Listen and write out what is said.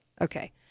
Okay